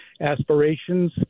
aspirations